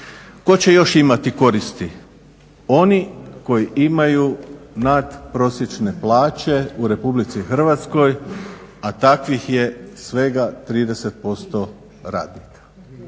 Tko će još imati koristi? Oni koji imaju nadprosječne plaće u Republici Hrvatskoj, a takvih je svega 30% radnika.